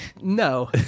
no